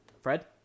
Fred